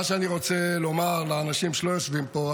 מה שאני רוצה לומר לאנשים שלא יושבים פה,